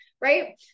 right